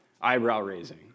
eyebrow-raising